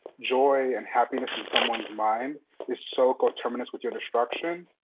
joy and happiness in someone's mind is so coterminous with your destruction?